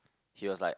he was like